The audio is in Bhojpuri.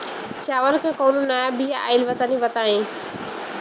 चावल के कउनो नया बिया आइल बा तनि बताइ?